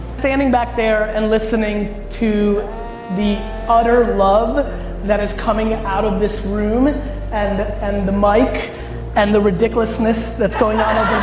standing back there and listening to the utter love that is coming out of this room and and and the mic and the ridiculousness that's going on